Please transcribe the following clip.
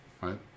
right